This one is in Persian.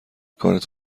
کارت